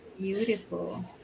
Beautiful